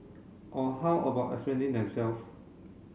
or how about explaining themselves